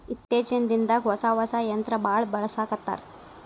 ಇತ್ತೇಚಿನ ದಿನದಾಗ ಹೊಸಾ ಹೊಸಾ ಯಂತ್ರಾ ಬಾಳ ಬಳಸಾಕತ್ತಾರ